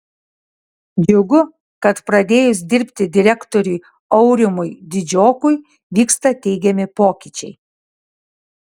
džiugu kad pradėjus dirbti direktoriui aurimui didžiokui vyksta teigiami pokyčiai